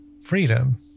freedom